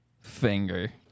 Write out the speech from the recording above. Finger